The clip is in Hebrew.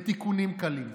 בתיקונים קלים.